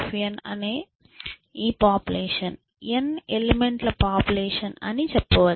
Pn అనే ఈ population n element ల పాపులేషన్ అని చెప్పవచ్చు